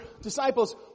disciples